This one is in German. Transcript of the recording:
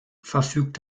verfügt